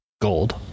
gold